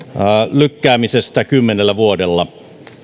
lykkäämisestä kymmenellä vuodella